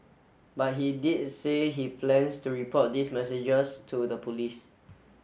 but he did say he plans to report these messages to the police